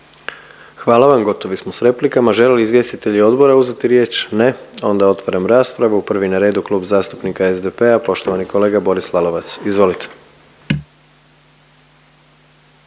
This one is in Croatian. Hvala vam, gotovi smo s replikama. Žele li izvjestitelji odbora uzeti riječ? Ne. Onda otvaram raspravu, prvi na redu Klub zastupnika SDP-a i poštovani kolega Boris Lalovac, izvolite.